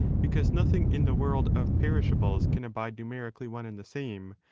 because nothing in the world of perishables can abide numerically one, and the same,